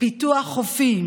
פיתוח חופים,